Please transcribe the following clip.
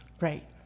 Right